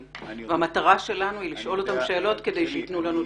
והמטרה היא שנשאל אותם שאלות ונקבל תשובות.